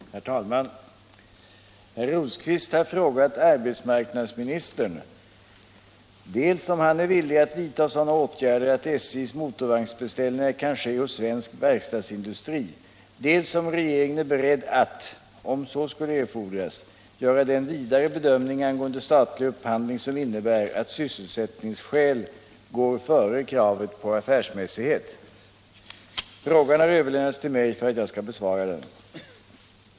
Herr talman! Herr Rosqvist har frågat arbetsmarknadsministern dels om han är villig att vidta sådana åtgärder att SJ:s motorvagnsbeställningar kan ske hos svensk verkstadsindustri, dels om regeringen är beredd att - om så skulle erfordras — göra den vidare bedömning angående statlig upphandling som innebär att sysselsättningsskäl går före kravet på affärsmässighet. Frågan har överlämnats till mig för att jag skall besvara den.